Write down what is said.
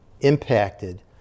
impacted